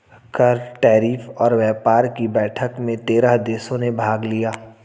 कर, टैरिफ और व्यापार कि बैठक में तेरह देशों ने भाग लिया